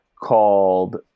called –